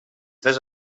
tres